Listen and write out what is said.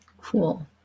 Cool